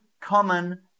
common